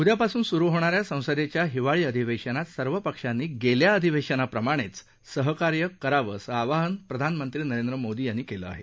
उद्यापासून स्रु होणाऱ्या संसदेच्या हिवाळी अधिवेशनात सर्व पक्षांनी गेल्या अधिवेशनाप्रमाणेच सहकार्य करायचं आवाहन प्रधानमंत्री नरेंद्र मोदी यांनी केलं आहे